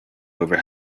over